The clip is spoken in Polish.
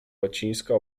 łacińska